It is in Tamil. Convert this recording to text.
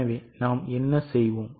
எனவே நாம் என்ன செய்வோம்